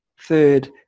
third